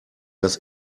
das